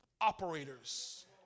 operators